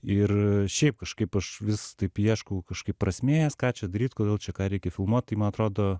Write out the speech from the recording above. ir šiaip kažkaip aš vis taip ieškau kažkaip prasmės ką čia daryt kodėl čia ką reikia filmuot tai man atrodo